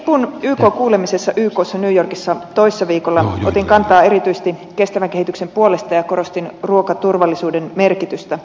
ipun yk kuulemisessa ykssa new yorkissa toissa viikolla otin kantaa erityisesti kestävän kehityksen puolesta ja korostin ruokaturvallisuuden merkitystä